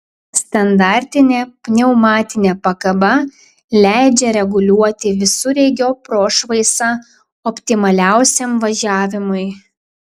standartinė pneumatinė pakaba leidžia reguliuoti visureigio prošvaisą optimaliausiam važiavimui